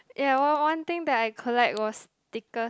ya one one one thing that I collect was stickers